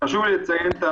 חשוב לציין,